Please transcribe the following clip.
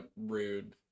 Rude